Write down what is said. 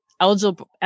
Eligible